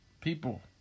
people